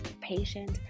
patient